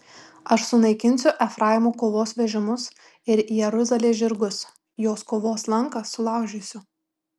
aš sunaikinsiu efraimo kovos vežimus ir jeruzalės žirgus jos kovos lanką sulaužysiu